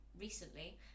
recently